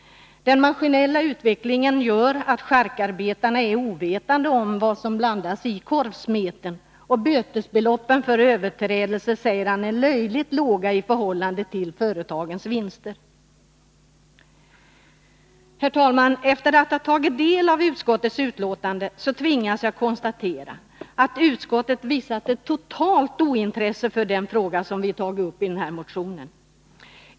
Den maskinella utvecklingen gör att charkarbetarna är ovetande om vad som blandas i korvsmeten. Och bötesbeloppen säger han är löjligt låga i förhållande till företagens vinster. Herr talman! Efter att ha tagit del av utskottets betänkande tvingas jag konstatera att utskottet visat ett totalt ointresse för den fråga som vi har tagit upp i den här motionen.